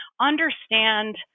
understand